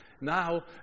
Now